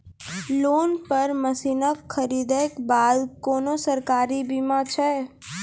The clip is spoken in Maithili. लोन पर मसीनऽक खरीद के बाद कुनू सरकारी बीमा छै?